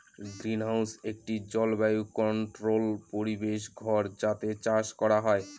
greenhouse একটি জলবায়ু controlled পরিবেশ ঘর যাতে চাষ করা হয়